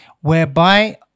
whereby